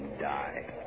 die